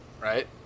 Right